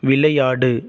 விளையாடு